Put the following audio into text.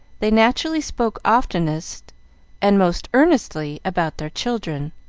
they naturally spoke oftenest and most earnestly about their children,